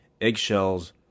Eggshells